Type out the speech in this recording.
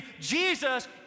Jesus